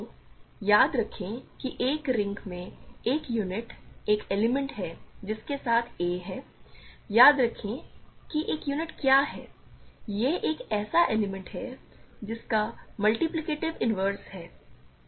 तो याद रखें कि एक रिंग में एक यूनिट एक एलिमेंट है जिसके साथ a है याद रखें कि एक यूनिट क्या है यह एक ऐसा एलिमेंट है जिसका मल्टीप्लिकेटिव इन्वर्स है